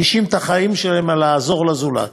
מקדישים את החיים שלהם לעזור לזולת.